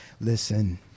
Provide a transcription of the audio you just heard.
listen